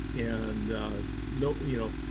and nobody, you know,